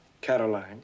Caroline